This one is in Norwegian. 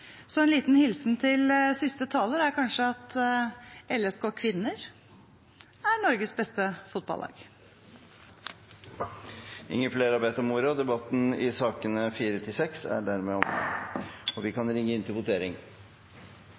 så en liten hilsen til siste taler er kanskje at LSK Kvinner er Norges beste fotballag. Flere har ikke bedt om ordet til sakene nr. 4–6. Da er Stortinget klar til å gå til votering